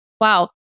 wow